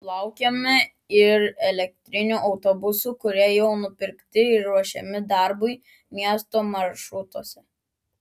laukiame ir elektrinių autobusų kurie jau nupirkti ir ruošiami darbui miesto maršrutuose